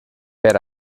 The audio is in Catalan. per